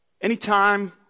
Anytime